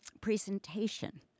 presentation